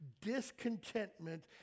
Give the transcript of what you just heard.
discontentment